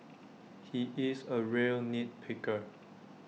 he is A real nit picker